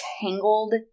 tangled